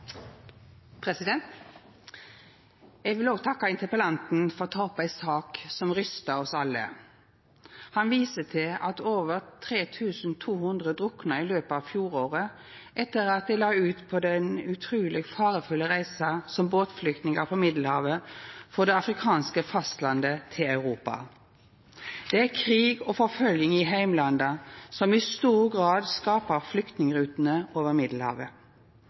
Eg òg vil takka interpellanten for å ta opp ei sak som skakar oss alle. Han viser til at over 3 200 drukna i løpet av fjoråret etter at dei la ut på den utruleg farefulle reisa som båtflyktningar på Middelhavet frå det afrikanske fastlandet til Europa. Det er krig og forfølging i heimlanda som i stor grad skapar flyktningrutene over